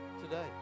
today